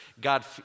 God